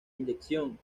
inyección